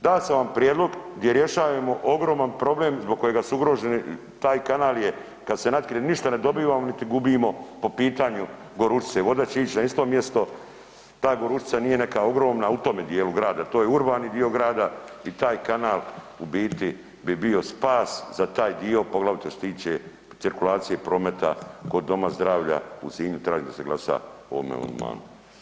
Dao sam vam prijedlog gdje rješajemo ogroman problem zbog kojega su ugroženi, taj kanal je kad se natkrije ništa ne dobivamo niti gubimo po pitanju Gorućice, voda će ići na isto mjesto, ta Gorućica nije neka ogromna, u tome dijelu grada, to je urbani dio grada i taj kanal u biti bi bio spas za taj dio, poglavito što se tiče cirkulacije prometa kod Doma zdravlja u Sinju, tražim da se glasa o ovome amandmanu.